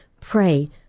pray